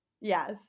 Yes